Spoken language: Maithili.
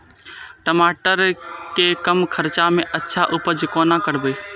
टमाटर के कम खर्चा में अच्छा उपज कोना करबे?